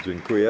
Dziękuję.